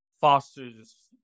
fosters